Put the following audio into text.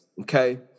okay